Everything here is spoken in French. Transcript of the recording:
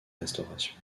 restauration